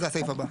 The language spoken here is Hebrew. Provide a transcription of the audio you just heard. זה הסעיף הבא.